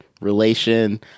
relation